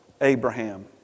Abraham